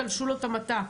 תלשו לו את המטע.